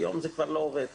היום זה כבר לא עובד,